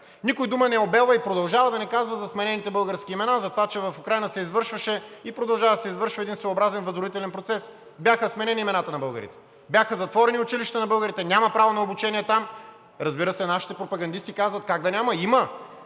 Никой дума не обелва и продължава да не казва за сменените български имена, за това че в Украйна се извършваше и продължава да се извършва един своеобразен възродителен процес – бяха сменени имената на българите, бяха затворени училища на българите – нямат право на обучение там. Разбира се, нашите пропагандисти казват: как да няма, има